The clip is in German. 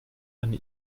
eine